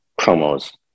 promos